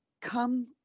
come